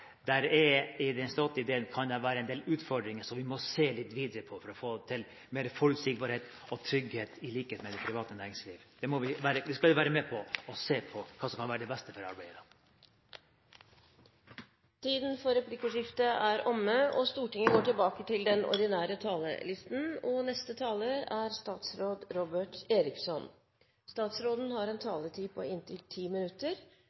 i staten kan være en del utfordringer som vi må se litt videre på for å få til mer forutsigbarhet og trygghet, i likhet med i det private næringsliv. Vi skal være med og se på hva som kan være det beste for arbeiderne. Replikkordskiftet er omme. Høyre–Fremskrittsparti-regjeringens mål er et trygt, fleksibelt og familievennlig arbeidsliv med plass til alle. For å sikre det er det viktig at man lykkes med å ha lav ledighet og